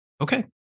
Okay